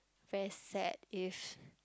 very sad if